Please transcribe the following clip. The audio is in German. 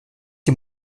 die